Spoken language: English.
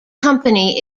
company